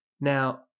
Now